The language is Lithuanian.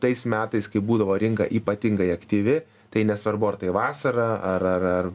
tais metais kai būdavo rinka ypatingai aktyvi tai nesvarbu ar tai vasara ar ar ar